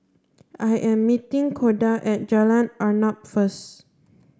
I am meeting Koda at Jalan Arnap first